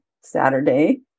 Saturday